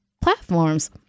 platforms